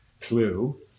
clue